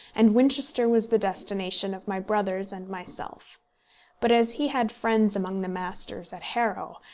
and winchester was the destination of my brothers and myself but as he had friends among the masters at harrow,